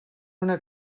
una